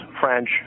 French